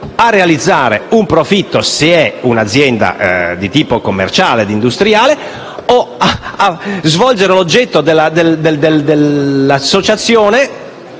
a realizzare un profitto, se è un'azienda di tipo commerciale o industriale, o a svolgere l'attività oggetto dell'associazione,